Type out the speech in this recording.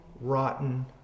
rotten